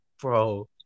bro